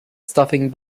stuffing